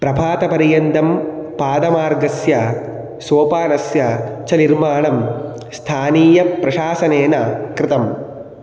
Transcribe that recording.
प्रपातपर्यन्तं पादमार्गस्य सोपानस्य च निर्माणं स्थानीयम् प्रशासनेन कृतम्